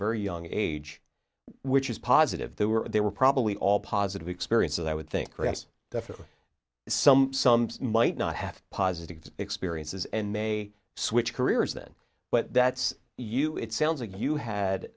very young age which is positive they were they were probably all positive experiences i would think grass definitely some some might not have positive experiences and may switch careers then but that's you it sounds like you had